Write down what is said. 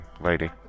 lady